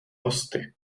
hosty